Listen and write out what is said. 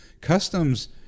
Customs